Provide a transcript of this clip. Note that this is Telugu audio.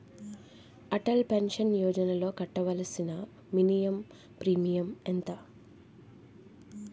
అటల్ పెన్షన్ యోజనలో కట్టవలసిన మినిమం ప్రీమియం ఎంత?